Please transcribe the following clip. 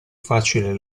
facile